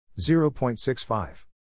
0.65